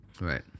Right